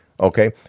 Okay